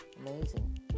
amazing